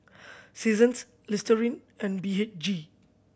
Seasons Listerine and B H G